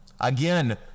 Again